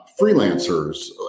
freelancers